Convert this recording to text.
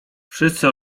wszyscy